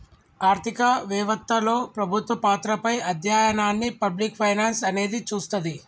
ఆర్థిక వెవత్తలో ప్రభుత్వ పాత్రపై అధ్యయనాన్ని పబ్లిక్ ఫైనాన్స్ అనేది చూస్తది